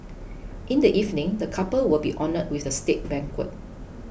in the evening the couple will be honoured with a state banquet